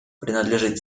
принадлежит